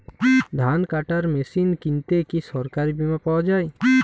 ধান কাটার মেশিন কিনতে কি সরকারী বিমা পাওয়া যায়?